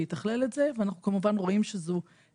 שיתכלל את זה ואנחנו כמובן רואים שמבחינתנו,